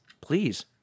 Please